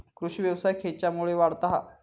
कृषीव्यवसाय खेच्यामुळे वाढता हा?